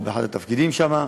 או באחד התפקידים שם.